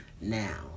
now